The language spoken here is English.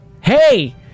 Hey